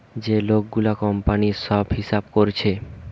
যে লোক গুলা কোম্পানির সব হিসাব কোরছে